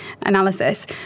analysis